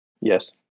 Yes